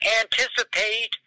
anticipate